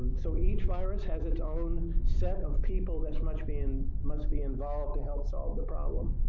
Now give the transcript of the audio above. so each virus has its own set of people that must be and must be involved to help solve the problem,